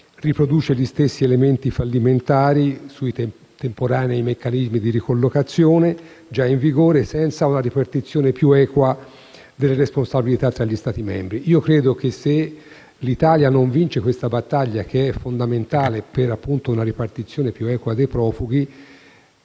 riproduce gli stessi elementi fallimentari sui temporanei meccanismi di ricollocazione già in vigore, senza una ripartizione più equa delle responsabilità tra gli Stati membri. Credo che, se l'Italia non vince la battaglia fondamentale per una ripartizione più equa dei profughi,